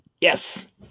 Yes